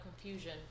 confusion